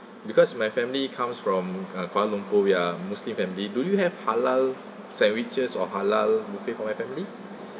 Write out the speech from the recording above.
because my family comes from uh kuala lumpur we're muslim family do you have halal sandwiches or halal buffet for my family